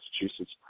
Massachusetts